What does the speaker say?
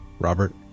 Robert